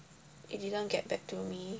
they didn't get back to me